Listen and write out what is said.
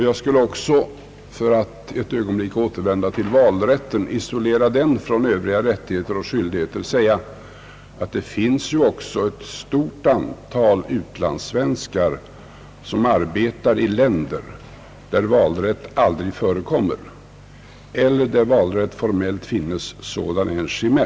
Jag skulle också — för att ett ögonblick återvända till valrätten — vilja isolera den från övriga rättigheter och skyldigheter och säga att det ju också finns ett stort antal utlandssvenskar som arbetar i länder där valrätt aldrig förekommer eller, om den över huvud taget finns, endast är en chimär.